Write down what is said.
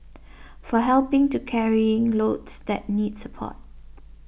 for helping to carrying loads that need support